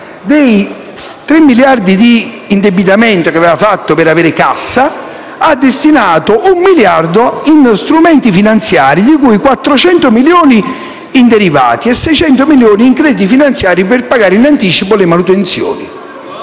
dei 3 miliardi di indebitamento che aveva fatto per avere cassa, ha destinato 1 miliardo in strumenti finanziari, di cui 400 milioni in derivati e 600 milioni in crediti finanziari per pagare in anticipo le manutenzioni.